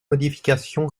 modification